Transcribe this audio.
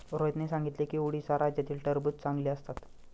रोहितने सांगितले की उडीसा राज्यातील टरबूज चांगले असतात